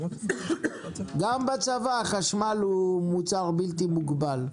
גם בצבא חשמל מוצר בלתי מוגבל.